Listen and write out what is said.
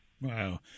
Wow